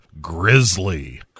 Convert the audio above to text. Grizzly